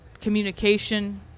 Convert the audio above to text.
communication